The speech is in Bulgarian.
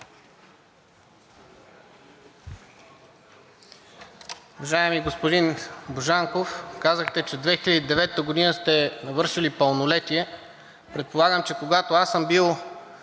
Уважаеми господин Божанков, казахте, че 2009 г. сте навършили пълнолетие. Предполагам, че когато аз съм бил